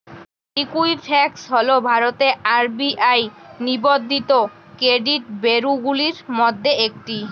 Equifax হল ভারতের RBI নিবন্ধিত ক্রেডিট ব্যুরোগুলির মধ্যে একটি